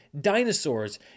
dinosaurs